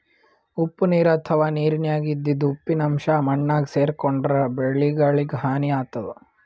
ಉಪ್ಪ್ ನೀರ್ ಅಥವಾ ನೀರಿನ್ಯಾಗ ಇದ್ದಿದ್ ಉಪ್ಪಿನ್ ಅಂಶಾ ಮಣ್ಣಾಗ್ ಸೇರ್ಕೊಂಡ್ರ್ ಬೆಳಿಗಳಿಗ್ ಹಾನಿ ಆತದ್